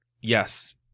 Yes